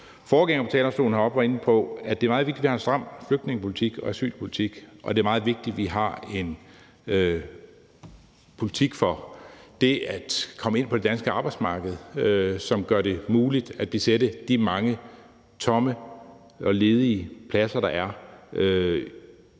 heroppe på talerstolen var inde på – at det er meget vigtigt, at vi har en stram flygtningepolitik og asylpolitik, og at det er meget vigtigt, at vi har en politik for det at komme ind på det danske arbejdsmarked, som gør det muligt at besætte de mange tomme og ledige pladser, som der er